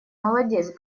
молодец